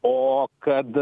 o kad